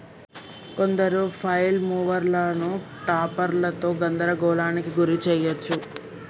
కొందరు ఫ్లైల్ మూవర్లను టాపర్లతో గందరగోళానికి గురి చేయచ్చు